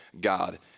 God